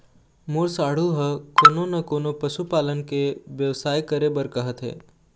मोर साढ़ू ह कोनो न कोनो पशु पालन के बेवसाय करे बर कहत हे